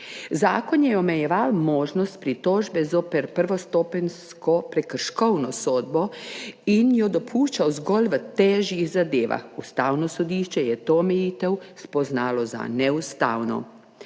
Zakon je omejeval možnost pritožbe zoper prvostopenjsko prekrškovno sodbo in jo dopuščal zgolj v težjih zadevah. Ustavno sodišče je to omejitev spoznalo za neustavno.